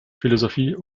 philosophie